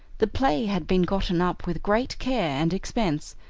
the play had been gotten up with great care and expense,